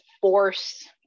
force